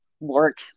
work